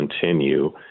continue